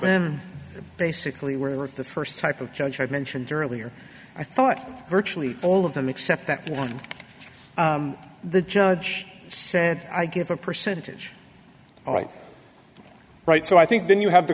them basically were the first type of judge i'd mentioned earlier i thought virtually all of them except that one the judge said i give a percentage all right right so i think then you have the